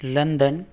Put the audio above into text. London